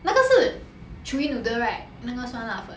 那个是 chewy noodle right 那个酸辣粉